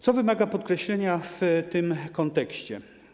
Co wymaga podkreślenia w tym kontekście?